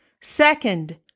Second